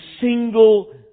single